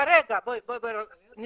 כרגע בוא נדייק